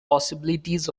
possibilities